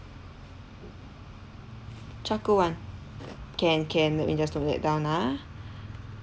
charcoal [one] can can let me just note that down ah